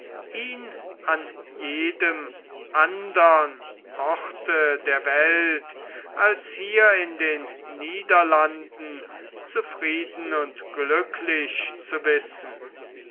ihn an jedem andern orte der welt als hier in den niederlanden zufrieden und glücklich zu wissen